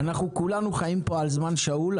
אנחנו כולנו חיים פה על זמן שאול,